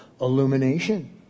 illumination